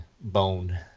bone